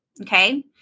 Okay